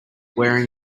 wearing